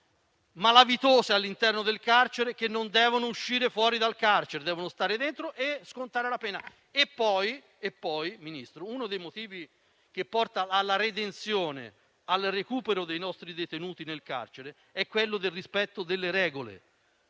malavitose all'interno del carcere che non devono uscire fuori, ma devono stare dentro e scontare la pena. Signor Ministro, uno dei fattori che porta alla redenzione e al recupero dei nostri detenuti in carcere è il rispetto delle regole: